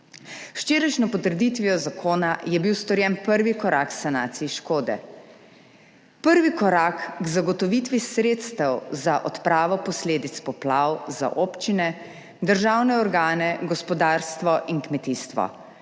včerajšnjo potrditvijo zakona je bil storjen prvi korak k sanaciji škode, prvi korak k zagotovitvi sredstev za odpravo posledic poplav za občine, državne organe, gospodarstvo in kmetijstvo,